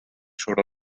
sobre